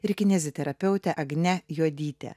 ir kineziterapeutė agne juodyte